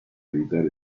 evitar